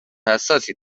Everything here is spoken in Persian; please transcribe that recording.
حساسی